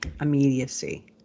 immediacy